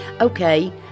Okay